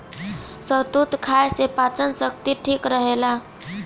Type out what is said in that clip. शहतूत खाए से पाचन शक्ति ठीक रहेला